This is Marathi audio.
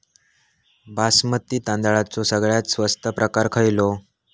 बासमती तांदळाचो सगळ्यात स्वस्त प्रकार खयलो?